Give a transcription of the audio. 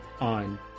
on